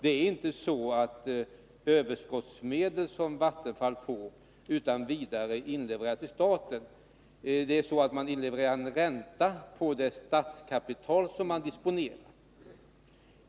Det är inte så att överskottsmedel som Vattenfall får utan vidare inlevereras till staten. Vattenfall inlevererar en ränta på det statskapital som verket disponerar.